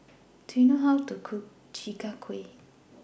Do YOU know How to Cook Chi Kak Kuih